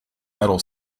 metal